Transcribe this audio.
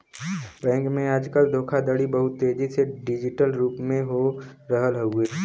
bank में आजकल धोखाधड़ी बहुत तेजी से डिजिटल रूप में हो रहल हउवे